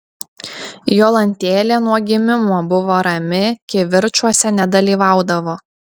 jolantėlė nuo gimimo buvo rami kivirčuose nedalyvaudavo